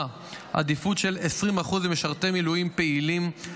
עדיפות של 20% למשרתי מילואים פעילים,